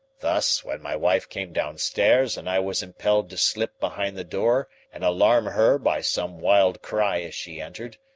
thus, when my wife came downstairs and i was impelled to slip behind the door and alarm her by some wild cry as she entered,